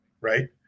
Right